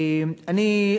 אני,